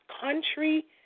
country